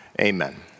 Amen